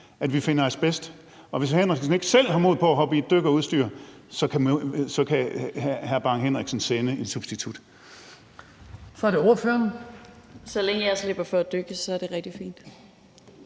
at vi finder asbest. Og hvis hr. Preben Bang Henriksen ikke selv har mod på at hoppe i et dykkerudstyr, kan hr. Preben Bang Henriksen sende en substitut.